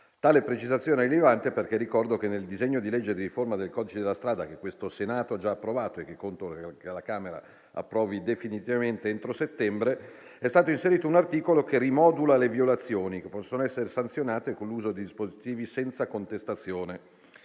Tale precisazione è rilevante, perché ricordo che nel disegno di legge di riforma del codice della strada, che il Senato ha già approvato e che conto che la Camera approvi definitivamente entro settembre, è stato inserito un articolo che rimodula le violazioni, che possono essere sanzionate con l'uso di dispositivi senza contestazione